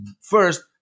first